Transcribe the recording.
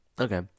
okay